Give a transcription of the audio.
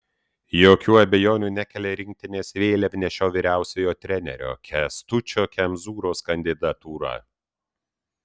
jokių abejonių nekelia rinktinės vėliavnešio vyriausiojo trenerio kęstučio kemzūros kandidatūra